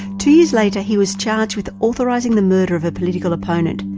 two years later he was charged with authorising the murder of a political opponent,